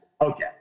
okay